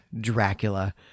Dracula